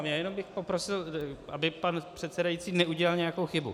Jen bych poprosil, aby pan předsedající neudělal nějakou chybu.